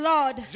Lord